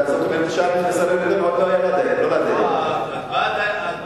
זאת אומרת, ההקפאה היתה שישה חודשים.